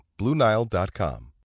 BlueNile.com